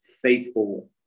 faithful